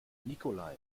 nikolai